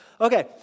Okay